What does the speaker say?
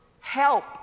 help